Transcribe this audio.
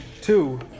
Two